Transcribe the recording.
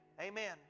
Amen